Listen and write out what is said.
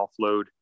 offload